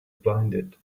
blinded